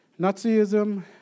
Nazism